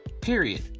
Period